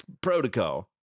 protocol